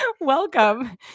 Welcome